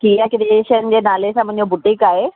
किया creation जे नाले सां मुंहिंजो बूटीक आहे